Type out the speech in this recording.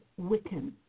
Wiccan